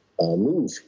move